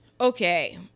okay